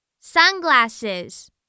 sunglasses